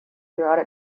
throughout